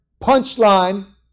punchline